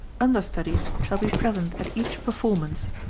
understudies shall be present at each performance.